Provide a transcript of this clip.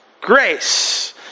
grace